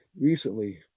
recently